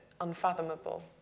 unfathomable